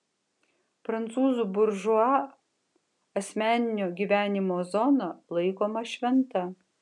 prancūzų buržua asmeninio gyvenimo zona laikoma šventa